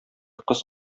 кыз